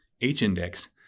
H-index